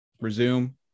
resume